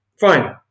Fine